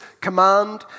command